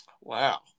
Wow